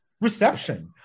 reception